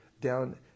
down